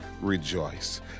rejoice